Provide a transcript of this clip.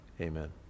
amen